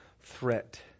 threat